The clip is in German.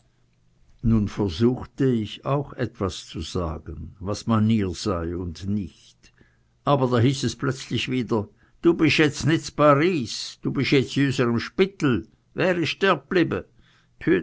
nun versuchte ich auch etwas zu sagen was manier sei und nicht aber da hieß es plötzlich wieder du bisch jetz nit z'paris du bisch jetz i üsem spittel wärisch dert